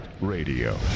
Radio